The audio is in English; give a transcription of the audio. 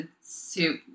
soup